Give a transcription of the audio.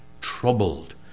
troubled